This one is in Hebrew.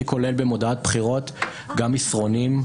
אני כולל במודעת בחירות גם מסרונים,